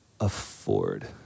afford